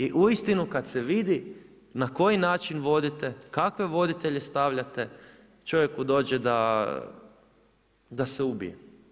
I uistinu, kad se vidi, na koji način vodite, kakve voditelje stavljate, čovjeku dođe da se ubije.